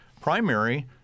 primary